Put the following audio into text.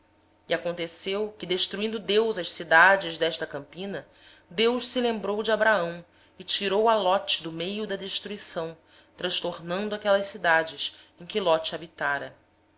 aconteceu que destruindo deus as cidades da planície lembrou-se de abraão e tirou ló do meio da destruição ao subverter aquelas cidades em que ló habitara